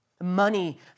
Money